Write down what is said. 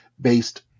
based